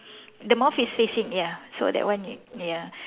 the mouth is facing ya so that one y~ ya